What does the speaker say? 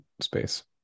space